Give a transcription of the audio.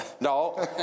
No